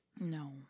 No